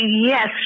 yes